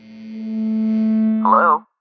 Hello